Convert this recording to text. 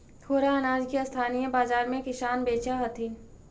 थोडा अनाज के स्थानीय बाजार में किसान बेचऽ हथिन